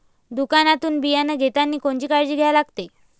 दुकानातून बियानं घेतानी कोनची काळजी घ्या लागते?